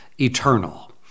eternal